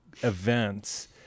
events